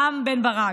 רם בן ברק.